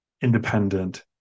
independent